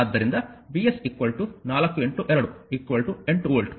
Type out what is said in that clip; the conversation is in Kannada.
ಆದ್ದರಿಂದ Vs 4 2 8 ವೋಲ್ಟ್